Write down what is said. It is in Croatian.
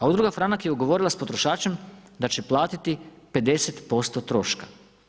A udruga Franak je ugovorila s potrošačem da će platiti 50% troška.